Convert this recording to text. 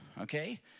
Okay